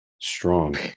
Strong